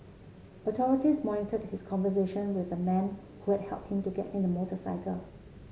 authorities monitored his conversation with the man who had help him to get in the motorcycle